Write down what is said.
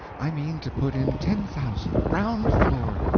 i mean to put in ten thousand. ground floor.